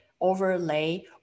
overlay